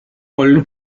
vollen